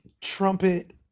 trumpet